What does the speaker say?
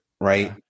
right